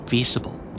Feasible